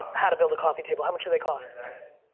how to build a coffee table, how much do they cost?